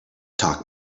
talk